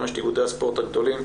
חמשת איגודי הספורט הגדולים,